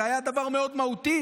זה היה דבר מאוד מהותי.